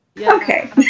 Okay